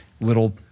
little